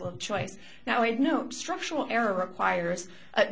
of choice now and no structural error requires